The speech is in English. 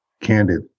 candid